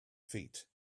feet